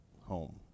home